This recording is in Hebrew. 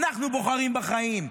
אנחנו בוחרים בחיים,